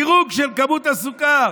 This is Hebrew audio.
דירוג של כמות הסוכר.